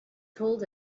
told